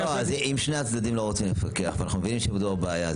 אם שני הצדדים לא רוצים לפקח ואנחנו מבינים שמדובר בבעיה,